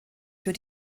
für